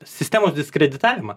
sistemos diskreditavimą